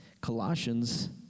Colossians